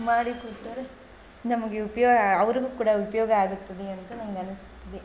ಮಾಡಿ ಕೊಟ್ಟರೆ ನಮಗೆ ಉಪಯೋಗ ಅವರಿಗೂ ಕೂಡ ಉಪಯೋಗ ಆಗುತ್ತದೆ ಅಂತ ನನಗನಿಸುತ್ತಿದೆ